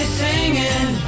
singing